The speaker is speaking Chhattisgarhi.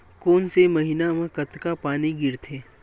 कोन से महीना म कतका पानी गिरथे?